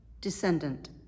descendant